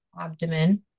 abdomen